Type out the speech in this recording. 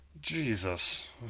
Jesus